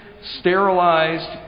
sterilized